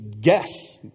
guess